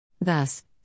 Thus